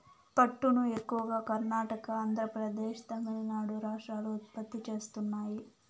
పట్టును ఎక్కువగా కర్ణాటక, ఆంద్రప్రదేశ్, తమిళనాడు రాష్ట్రాలు ఉత్పత్తి చేస్తున్నాయి